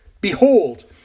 behold